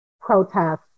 protests